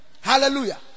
Hallelujah